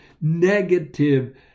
negative